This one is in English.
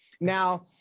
now